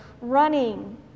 running